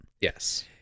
Yes